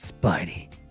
Spidey